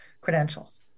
credentials